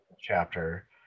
chapter